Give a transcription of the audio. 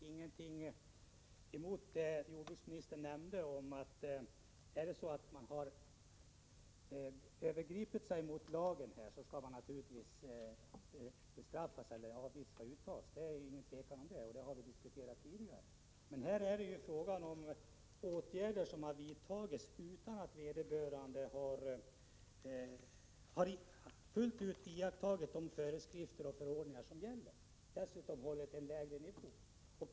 Herr talman! Jag har, som jordbruksministern antog, givetvis ingenting emot att man bestraffas genom att avgift uttas om man har överträtt lagen. Det är ingen tvekan om det, och det har vi diskuterat tidigare. Här är det emellertid fråga om åtgärder som har vidtagits trots att vederbörande fullt ut har iakttagit de föreskrifter och förordningar som gäller — dessutom hållit en lägre nivå på doseringen.